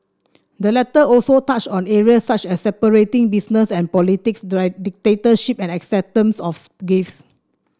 the letter also touched on areas such as separating business and politics directorships and acceptance of gifts